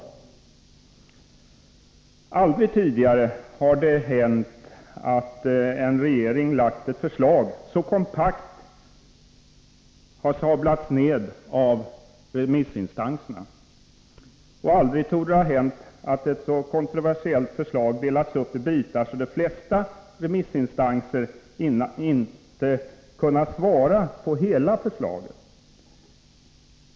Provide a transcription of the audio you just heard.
Aldrig tidigare har det hänt att en regering lagt fram ett förslag som så kompakt sablats ned av remissinstanserna, och aldrig torde det ha hänt att ett så kontroversiellt förslag delats upp i bitar så att de flesta remissinstanser inte kunnat yttra sig om hela förslaget.